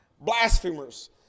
blasphemers